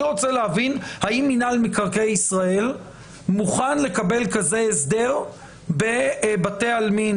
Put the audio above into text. אני רוצה להבין: האם מינהל מקרקעי ישראל מוכן לקבל כזה הסדר בבתי עלמין